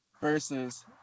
versus